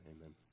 amen